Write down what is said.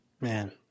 Man